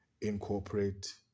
Incorporate